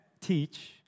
teach